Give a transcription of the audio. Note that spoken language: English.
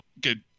good